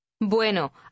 Bueno